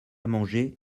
manger